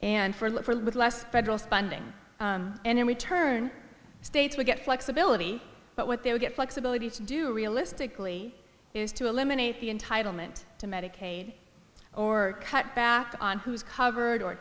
and for look for a little less federal funding and in return states will get flexibility but what they would get flexibility to do realistically is to eliminate the entitlement to medicaid or cut back on who's covered or